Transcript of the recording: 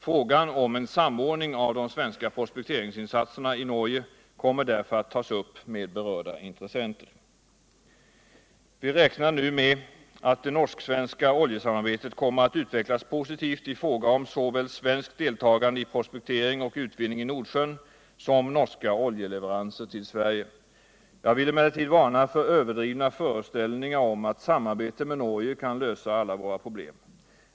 Frågan om en samordning av de svenska prospekteringsinsatserna i Norge kommer att tas upp med berörda intressenter. Vi räknar nu med att det norsk-svenska oljesamarbetet kommer att utvecklas positivt i fråga om såväl svenskt deltagande i prospektering och utvinning i Nordsjön som norska oljeleveranser till Sverige. Jag vill emellertid varna för överdrivna föreställningar om att samarbete med Norge kan lösa alla våra problem.